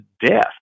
death